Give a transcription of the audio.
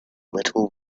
little